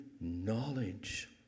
knowledge